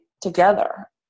together